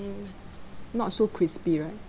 mm not so crispy right